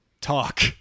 talk